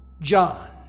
John